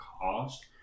cost